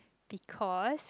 because